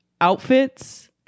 outfits